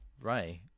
Right